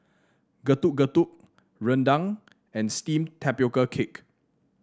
Getuk Getuk rendang and steamed Tapioca Cake